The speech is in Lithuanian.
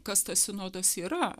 kas tas sinodas yra